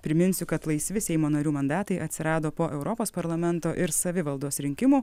priminsiu kad laisvi seimo narių mandatai atsirado po europos parlamento ir savivaldos rinkimų